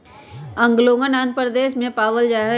ओंगोलवन आंध्र प्रदेश में पावल जाहई